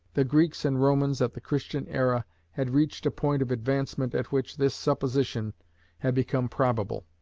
the greeks and romans at the christian era had reached a point of advancement at which this supposition had become probable.